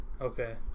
Okay